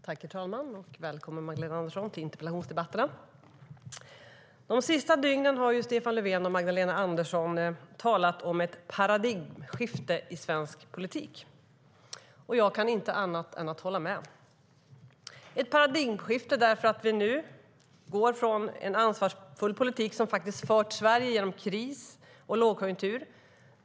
Herr talman! Välkommen, Magdalena Andersson, till interpellationsdebatterna! Det är ett paradigmskifte eftersom vi nu går ifrån en ansvarsfull politik som har fört Sverige genom kris och lågkonjunktur.